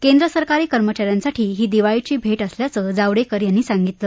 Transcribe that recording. केंद्र सरकारी कर्मचा यांसाठी ही दिवाळीची भेट असल्याचं जावडेकर यांनी सांगितलं